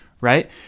right